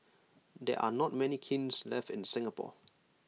there are not many kilns left in Singapore